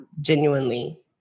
genuinely